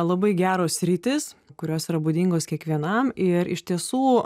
labai geros sritys kurios yra būdingos kiekvienam ir iš tiesų